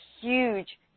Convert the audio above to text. huge